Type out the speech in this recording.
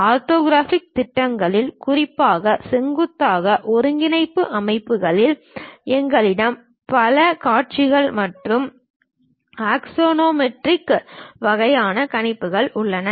orthographic திட்டங்களில் குறிப்பாக செங்குத்தாக ஒருங்கிணைப்பு அமைப்புகளில் எங்களிடம் பல காட்சிகள் மற்றும் ஆக்சோனோமெட்ரிக் வகையான கணிப்புகள் உள்ளன